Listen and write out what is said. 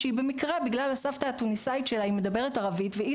שהיא במקרה בגלל הסבתא התוניסאית שלה היא מדברת ערבית והיא